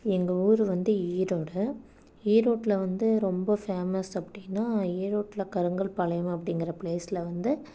எங்கள் ஊர் வந்து ஈரோடு ஈரோட்ல வந்து ரொம்ப ஃபேமஸ் அப்படின்னா ஈரோட்டில கருங்கல்பாளையம் அப்படிங்கிற ப்ளேஸ்ல வந்து